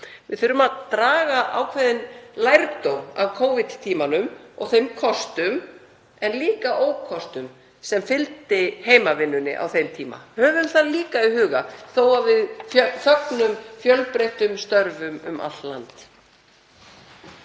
Við þurfum að draga ákveðinn lærdóm af Covid-tímanum og þeim kostum en líka ókostum sem fylgdu heimavinnunni á þeim tíma. Höfum það líka í huga þó að við fögnum fjölbreyttum störfum um allt land.